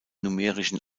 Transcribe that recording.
numerischen